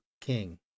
king